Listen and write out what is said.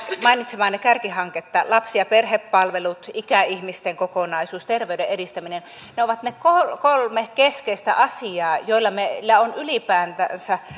mainitsemaanne kärkihanketta lapsi ja perhepalvelut ikäihmisten kokonaisuus terveyden edistäminen ovat ne kolme kolme keskeistä asiaa joilla meillä on ylipäätänsä